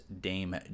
Dame